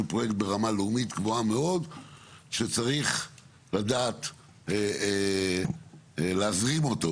פרויקט ברמה לאומית גבוהה מאוד שצריך לדעת להזרים אותו,